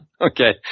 Okay